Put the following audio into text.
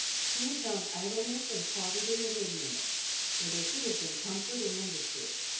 she had found idleness and poverty and ignorance where there should have been comfort and industry.